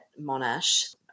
Monash